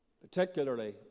particularly